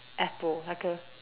apple like a